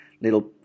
little